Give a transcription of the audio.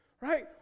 right